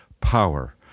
power